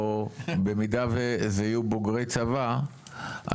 או במידה וזה יהיו בוגרי צבא,